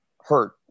hurt